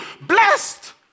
Blessed